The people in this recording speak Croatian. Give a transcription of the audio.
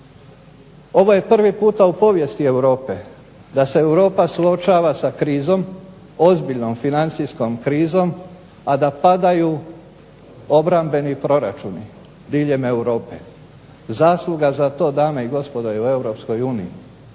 Ovo je prvi puta u povijesti Europe da se Europa suočava sa krizom, dodatnom financijskom krizom a da padaju obrambeni proračuni diljem Europe, zasluga za to je u Europskoj uniji